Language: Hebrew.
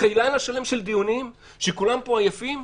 אחרי לילה שלם של דיונים שכולם פה עייפים,